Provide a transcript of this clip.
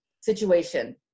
situation